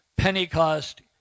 Pentecost